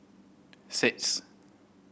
six